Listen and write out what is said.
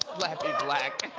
slappy black.